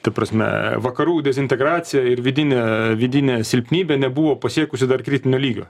ta prasme vakarų dezintegracija ir vidinė vidinė silpnybė nebuvo pasiekusi dar kritinio lygio